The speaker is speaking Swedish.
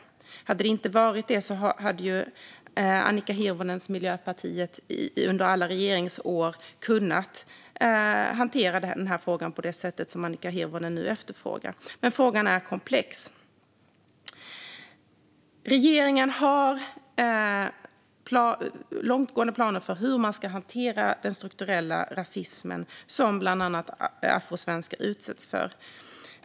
Om det inte hade varit det hade Annika Hirvonens miljöparti under alla regeringsår kunnat hantera frågan på det sätt som hon nu efterfrågar. Frågan är dock komplex. Regeringen har långtgående planer för hur den ska hantera den strukturella rasism som bland andra afrosvenskar utsätts för.